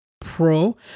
Pro